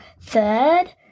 third